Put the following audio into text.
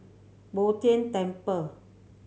Bo Tien Temple